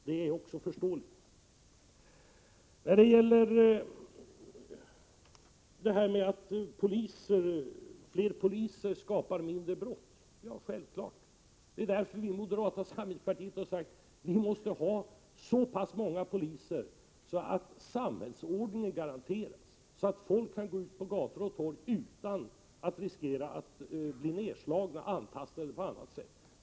Det är också förståeligt. Fler poliser leder till färre brott. Det är självklart! Det är därför vi i moderata samlingspartiet har sagt att vi måste ha så pass många poliser att samhällsordningen garanteras, så att folk kan gå ut på gator och torg utan att riskera att bli nedslagna eller antastade på annat sätt.